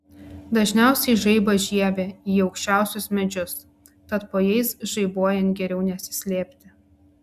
dažniausiai žaibas žiebia į aukščiausius medžius tad po jais žaibuojant geriau nesislėpti